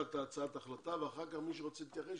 הצעת ההחלטה ואחר כך מי שרוצה להתייחס,